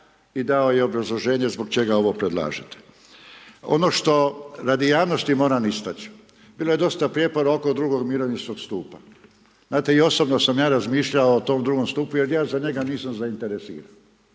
i dao je obrazloženje zbog čega ovo predlažete. Ono što radi javnosti moram istaći. Bilo je dosta prijepora oko drugog mirovinskog stupa. Znate i osobno sam ja razmišljao o tom drugom stupu jer ja za njega nisam zainteresiran